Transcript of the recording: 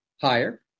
higher